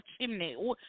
chimney